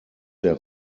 der